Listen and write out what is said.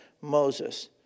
Moses